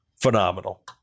phenomenal